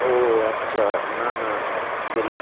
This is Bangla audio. ও আচ্ছা না না আসলে